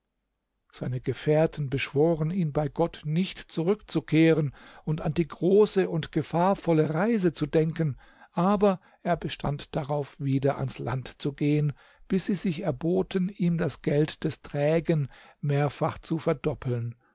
seine gefährten beschworen ihn bei gott nicht zurückzukehren und an die große und gefahrvolle reise zu denken aber er bestand darauf wieder ans land zu gehen bis sie sich erboten ihm das geld des trägen mehrfach zu verdoppeln